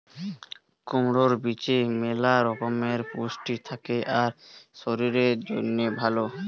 কুমড়োর বীজে ম্যালা রকমের পুষ্টি থাকে আর শরীরের জন্যে ভালো